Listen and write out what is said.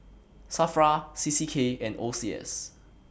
SAFRA C C K and O C S